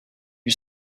you